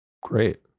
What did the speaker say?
Great